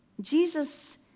Jesus